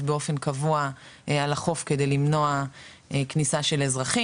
באופן קבוע על החוף כדי למנוע כניסה של אזרחים,